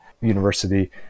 university